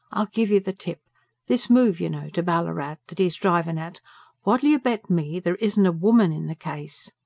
i'll give you the tip this move, you know, to ballarat, that he's drivin' at what'ull you bet me there isn't a woman in the case?